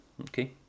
Okay